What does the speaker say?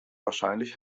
wahrscheinlich